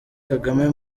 kagame